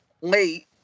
late